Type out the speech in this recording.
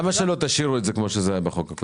למה לא תשאירו את זה כפי שזה היה בחוק הקודם?